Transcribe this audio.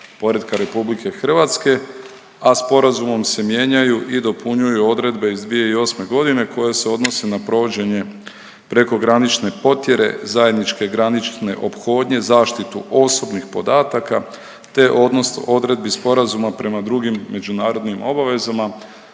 poretka Republike Hrvatske, a sporazumom se mijenjaju i dopunjuju odredbe iz 2008. godine koje se odnose na provođenje prekogranične potjere, zajedničke granične ophodnje, zaštitu osobnih podataka, te odnos odredbi sporazuma prema drugim međunarodnim obavezama.